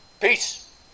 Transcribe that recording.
Peace